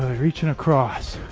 reaching across